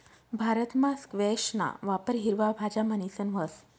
भारतमा स्क्वैशना वापर हिरवा भाज्या म्हणीसन व्हस